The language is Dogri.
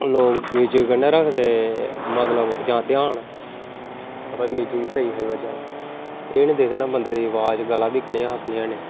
लोग म्यूजिक कन्नै रखदे मतलब जां ध्यान भई म्यूजिक स्हेई ही बज्जा दा एह् नेईं दिखदे बन्दे दी अवाज गला बी कनेहा हा कनेहा नेईं